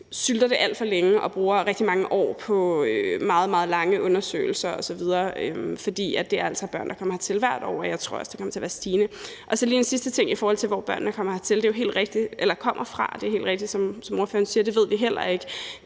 sylter det alt for længe og bruger rigtig mange år på meget, meget lange undersøgelser osv., for det er altså børn, der kommer hertil hvert år, og jeg tror også, antallet kommer til at være stigende. Så lige en sidste ting, i forhold til hvor børnene kommer fra: Det er helt rigtigt, som ordføreren siger, at det ved vi heller ikke.